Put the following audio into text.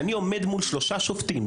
כשאני עומד מול שלושה שופטים,